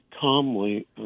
calmly